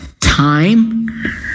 time